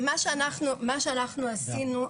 מה שאנחנו עשינו,